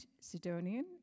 Sidonian